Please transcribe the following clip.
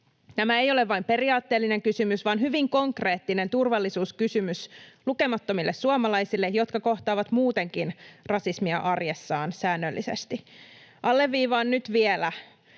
Tämä ei ole vain periaatteellinen kysymys vaan hyvin konkreettinen turvallisuuskysymys lukemattomille suomalaisille, jotka kohtaavat muutenkin rasismia arjessaan säännöllisesti. Alleviivaan nyt vielä,